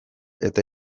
eta